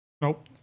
Nope